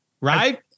Right